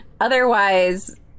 otherwise